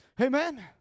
Amen